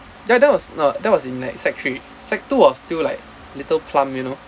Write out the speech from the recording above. that that was no that was in like sec three sec two was still like little plump you know